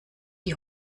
die